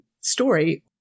story